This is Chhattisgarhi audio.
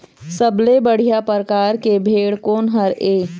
सबले बढ़िया परकार के भेड़ कोन हर ये?